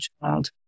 child